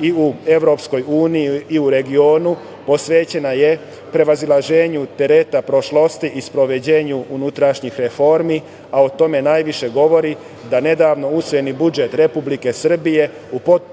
i u EU i u regionu. Posvećena je prevazilaženju tereta prošlosti i sprovođenju unutrašnjih reformi, a o tome najviše govori da nedavno usvojeni budžet Republike Srbije